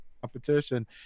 competition